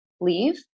leave